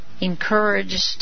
encouraged